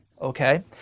Okay